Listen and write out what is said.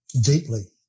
Deeply